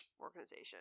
organization